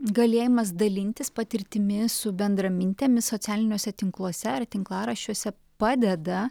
galėjimas dalintis patirtimi su bendramintėmis socialiniuose tinkluose ar tinklaraščiuose padeda